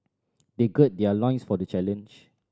they gird their loins for the challenge